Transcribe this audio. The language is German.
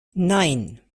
nein